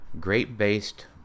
grape-based